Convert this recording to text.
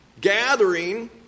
gathering